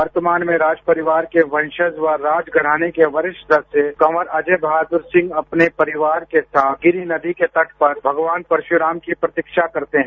वर्तमान में राज परिवार के वंशज व राजघराने के वरिष्ठ सदस्य कंवर अजय बहाद्र सिंह अपने परिवार के साथ गिरि नदी के तट पर भगवान परशुराम की प्रतीक्षा करते हैं